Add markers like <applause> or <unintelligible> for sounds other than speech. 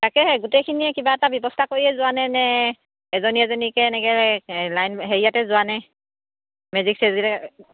তাকে গোটেইখিনিয়ে কিবা এটা ব্যৱস্থা কৰিয়ে যোৱা নে নে এজনী এজনীকৈ এনেকৈ লাইন হেৰিয়াতে যোৱা নে মেজিক চেজক <unintelligible>